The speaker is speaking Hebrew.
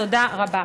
תודה רבה.